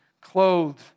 clothed